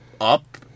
up